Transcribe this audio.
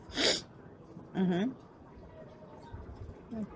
mmhmm